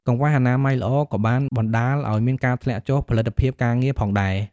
កង្វះអនាម័យល្អក៏បានបណ្តាលឱ្យមានការធ្លាក់ចុះផលិតភាពការងារផងដែរ។